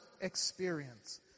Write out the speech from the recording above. experience